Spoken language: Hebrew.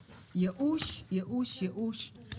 ייאוש, ייאוש, ייאוש.